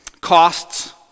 Costs